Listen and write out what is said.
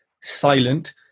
silent